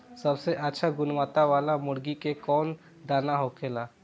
सबसे अच्छा गुणवत्ता वाला मुर्गी के कौन दाना होखेला?